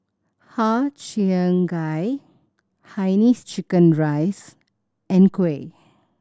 Har Cheong Gai Hainanese chicken rice and kuih